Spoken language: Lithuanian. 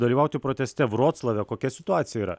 dalyvauti proteste vroclave kokia situacija yra